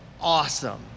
awesome